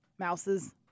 Mouses